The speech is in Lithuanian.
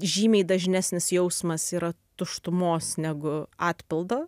žymiai dažnesnis jausmas yra tuštumos negu atpildo